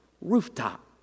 rooftop